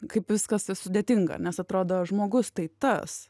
kaip viskas sudėtinga nes atrodo žmogus tai tas